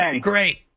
Great